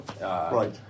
Right